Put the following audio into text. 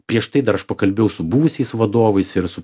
prieš tai dar aš pokalbėjau su buvusiais vadovais ir su